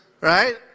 Right